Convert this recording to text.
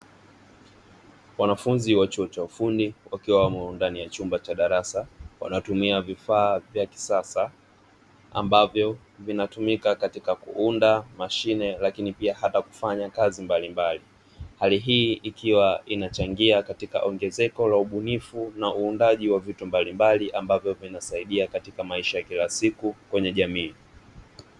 Wanafunzi wa chuo cha ufundi wakiwa wamo ndani ya chumba cha darasa, wanatumia vifaa vya kisasa ambavyo vinatumika katika kuunda mashine lakini pia hata kufanya kazi mbalimbali. Hali hii ikiwa inachangia katika ongezeko la ubunifu na uundaji wa vitu mbalimbali, ambavyo vinasaidia katika maisha ya kila siku kwenye jamii.